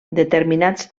determinats